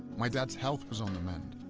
my dad's health was on the mend.